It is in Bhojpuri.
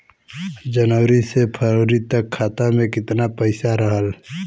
जनवरी से फरवरी तक खाता में कितना पईसा रहल?